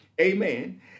Amen